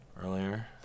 Earlier